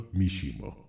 mishima